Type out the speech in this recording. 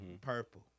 Purple